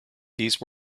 these